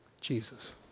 Jesus